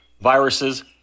viruses